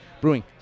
Brewing